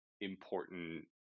important